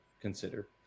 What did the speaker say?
consider